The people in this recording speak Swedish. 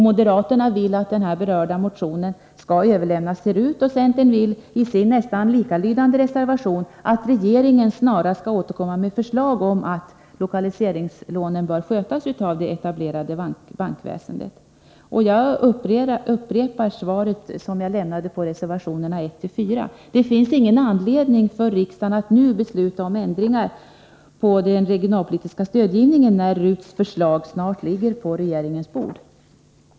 Moderaterna vill att den berörda motionen skall överlämnas till RUT, och centern vill, i sin nästan likalydande reservation, att regeringen snarast skall återkomma med förslag om att lokaliseringslånen bör skötas av det etablerade bankväsendet. Jag upprepar vad jag sade beträffande reservationerna 1-4: Det finns ingen anledning för riksdagen att nu besluta om ändringar i den regionalpolitiska stödgivningen, när RUT:s förslag snart ligger på regeringens bord.